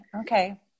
Okay